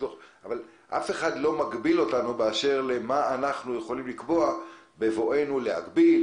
אף אחד לא מגביל אותנו על מה אנחנו יכולים לקבוע בבואנו להגביל,